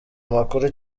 amakuru